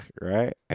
right